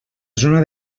zona